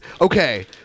Okay